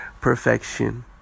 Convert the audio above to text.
perfection